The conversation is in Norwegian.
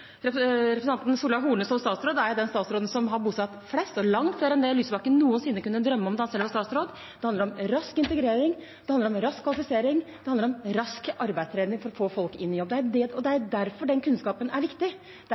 Representanten Solveig Horne som statsråd er jo den statsråden som har bosatt flest – og langt flere enn det Lysbakken noensinne kunne drømme om da han selv var statsråd. Det handler om rask integrering. Det handler om rask kvalifisering. Det handler om rask arbeidstrening for å få folk i jobb. Det er derfor den kunnskapen er viktig. Det er